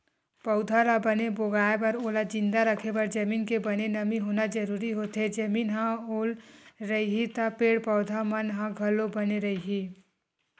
पउधा ल बने भोगाय बर ओला जिंदा रखे बर जमीन के बने नमी होना जरुरी होथे, जमीन ह ओल रइही त पेड़ पौधा मन ह घलो बने रइही